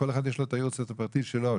לכל אחד יש את יום הזיכרון הפרטי שלו,